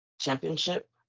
championship